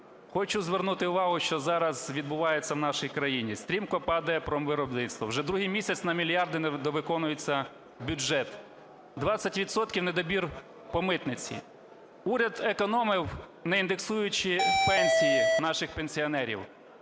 Хочу звернути увагу, що зараз відбувається в нашій країні. Стрімко падає промвиробництво, вже другий місяць на мільярди недовиконується бюджет, 20 відсотків недобір по митниці, уряд економив, не індексуючи пенсії наших пенсіонерів,